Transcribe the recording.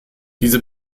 diese